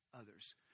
others